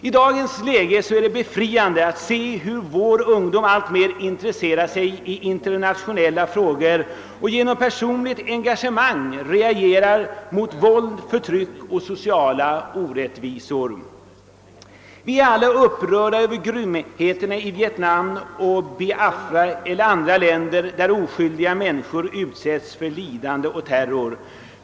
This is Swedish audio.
I dagens läge är det befriande att se hur vår ungdom alltmer engagerar sig i internationella frågor och reagerar mot våld, förtryck och sociala orättvisor. Vi är alla upprörda över grymheterna i Vietnam, Biafra och andra länder, där oskyldiga människor utsättes för lidande och terror.